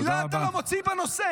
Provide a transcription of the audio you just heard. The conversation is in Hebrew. מילה אתה לא מוציא בנושא.